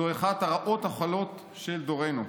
זו אחת הרעות החולות של דורנו.